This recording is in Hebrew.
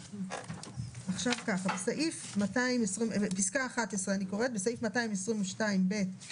אני קוראת פסקה (11): (11) בסעיף 222ב(ב)(1),